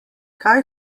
kaj